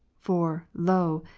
for, lo,